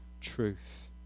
truth